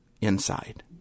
inside